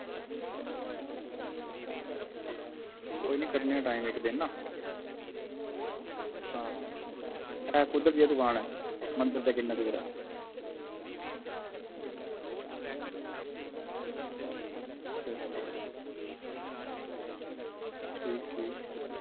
कोई निं कड्ढने आं टाईम इक दिन ना हां एह् कुद्धर जेहे दकान ऐ मंदर दे किन्ने दूर ऐ अच्छा अच्छा ठीक ठीक